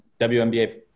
WNBA